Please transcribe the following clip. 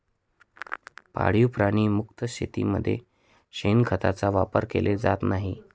पाळीव प्राणी मुक्त शेतीमध्ये शेणखताचा वापर केला जात नाही